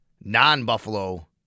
non-Buffalo